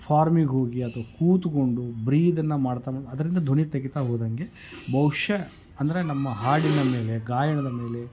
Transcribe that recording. ಫಾರ್ಮಿಗೆ ಹೋಗಿ ಅಥವಾ ಕೂತುಕೊಂಡು ಬ್ರೀದನ್ನು ಮಾಡ್ತಾ ಮಾಡ್ತಾ ಅದರಿಂದ ಧ್ವನಿ ತೆಗಿತಾ ಹೋದಾಗೆ ಬಹುಶಃ ಅಂದರೆ ನಮ್ಮ ಹಾಡಿನ ಮೇಲೆ ಗಾಯನದ ಮೇಲೆ